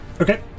Okay